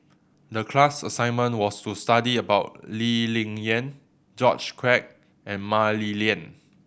the class assignment was to study about Lee Ling Yen George Quek and Mah Li Lian